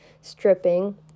stripping